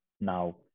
Now